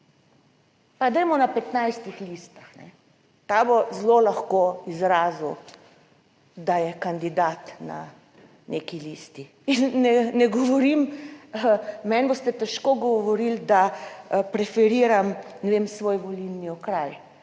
Pa dajmo na 15 listah, ta bo zelo lahko izrazil, da je kandidat na neki listi. Meni boste težko govorili, da preferiram, ne vem, svoj volilni okraj,